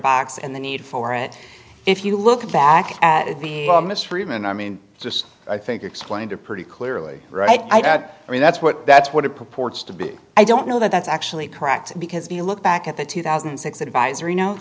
box and the need for it if you look back at the mistreatment i mean just i think explained it pretty clearly right i've read that's what that's what it purports to be i don't know that that's actually correct because if you look back at the two thousand and six advisory no